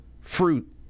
fruit